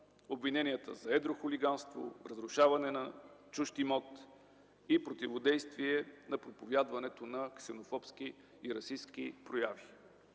обвинения за едро хулиганство, разрушаване на чужд имот и противодействие на проповядването на ксенофобски и расистки прояви.